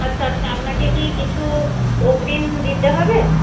আচ্ছা আচ্ছা আপনাকে কি কিছু অগ্রিম দিতে হবে